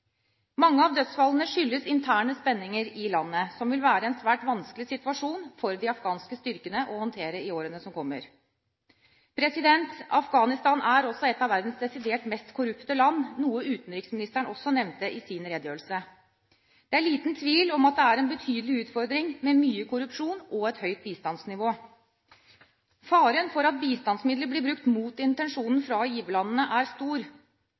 Mange av dødsfallene skyldes interne spenninger i landet, som vil være en svært vanskelig situasjon for de afghanske styrkene å håndtere i årene som kommer. Afghanistan er også et av verdens desidert mest korrupte land, noe utenriksministeren nevnte i sin redegjørelse. Det er liten tvil om at det er en betydelig utfordring med mye korrupsjon og et høyt bistandsnivå. Faren for at bistandsmidler blir brukt mot intensjonen fra giverlandene, er stor.